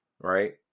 right